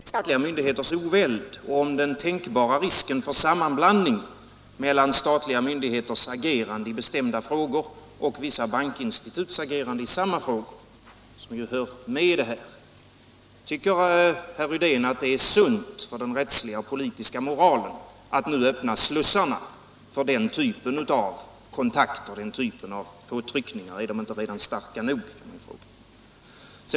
Herr talman! Herr Rydén undviker frågan om statliga myndigheters oväld och om den uppenbara risken för sammanblandning mellan statliga myndigheters agerande i bestämda frågor och vissa bankinstituts agerande i samma frågor, som ju hör till det här ärendet. Tycker herr Rydén för det första att det är sunt för den rättsliga och den politiska moralen att nu öppna slussarna för den typen av kontakter och den typen av påtryckningar? Är de inte redan starka nog?